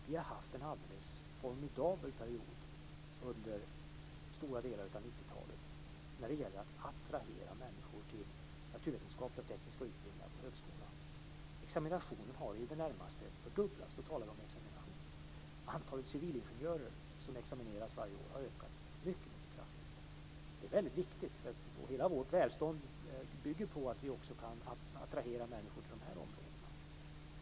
Vi har haft en alldeles formidabel period under större delen av 90-talet när det gäller att attrahera människor till naturvetenskapliga och tekniska utbildningar på högskolan. Antalet examinationer har i det närmaste fördubblats. Antalet civilingenjörer som examineras varje år har ökat mycket kraftigt. Det är väldigt viktigt, för hela vårt välstånd bygger på att vi också kan attrahera människor till de här områdena.